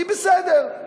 היא בסדר.